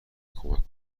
کمک